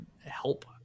help